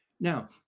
Now